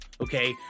Okay